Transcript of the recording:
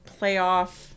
playoff